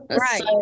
right